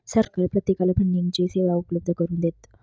सरकार प्रत्येकाला फंडिंगची सेवा उपलब्ध करून देतं